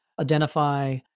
identify